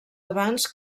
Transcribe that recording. abans